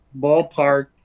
ballpark